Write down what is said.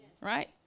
right